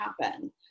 happen